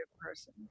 person